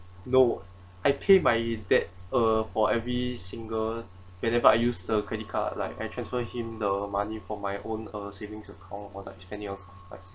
no I pay my dad uh for every single whenever I use the credit card like I transfer him the money for my own uh savings account or like spending on like